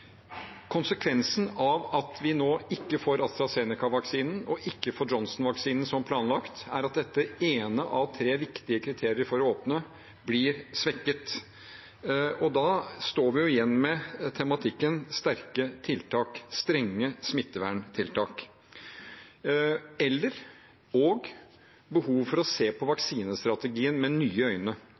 Konsekvensen av at vi nå ikke får AstraZeneca-vaksinen og ikke får Johnson & Johnson-vaksinen som planlagt, er at dette ene av tre viktige kriterier for å åpne blir svekket. Da står vi jo igjen med tematikken sterke tiltak, strenge smitteverntiltak, eller også behov for å se på vaksinestrategien med nye øyne.